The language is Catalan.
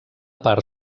part